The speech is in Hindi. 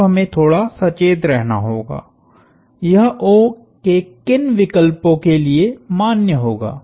अब हमें थोड़ा सचेत रहना होगा यह O के किन विकल्पों के लिए मान्य होगा